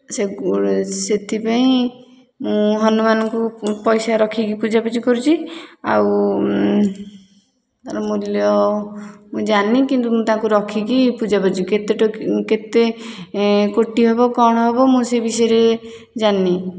ସେ ଗୁ ସେଥିପାଇଁ ମୁଁ ହନୁମାନଙ୍କୁ ପଇସା ରଖିକି ପୂଜାପୂଜି କରୁଛି ଆଉ ତା'ର ମୂଲ୍ୟ ମୁଁ ଜାଣିନି କିନ୍ତୁ ମୁଁ ତାକୁ ରଖିକି ପୂଜାପୂଜି କେତେ ଟ କେତେ କୋଟି ହେବ କ'ଣ ହେବ ମୁଁ ସେ ବିଷୟରେ ଜାଣିନି